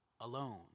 alone